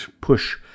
push